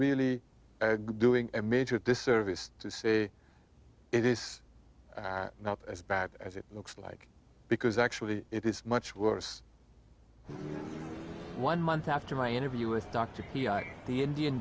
really doing a major disservice to say it is not as bad as it looks like because actually it is much worse one month after my interview with dr the indian